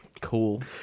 Cool